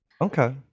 Okay